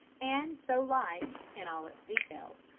and so like, in all its details,